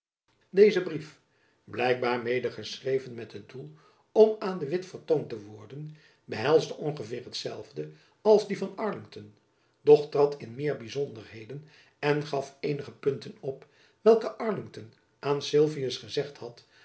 deze brief blijkbaar mede geschreven met het doel om aan de witt vertoond te worden behelsde ongeveer hetzelfde als die van arlington doch trad in meer byzonderheden en gaf eenige punten op welke arlington aan sylvius gezegd had